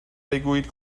بگویید